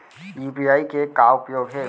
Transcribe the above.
UPI के का उपयोग हे?